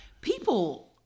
people